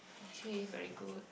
okay very good